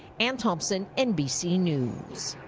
anne thompson, nbc news.